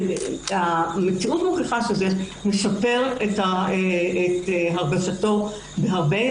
המציאות מוכיחה שזה משפר את הרגשתו בהרבה.